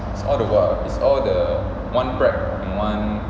is all the is all the one prac and one